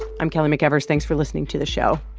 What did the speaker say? i'm kelly mcevers. thanks for listening to the show.